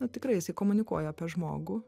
na tikrai jisai komunikuoja apie žmogų